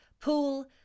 pool